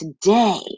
today